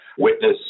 witness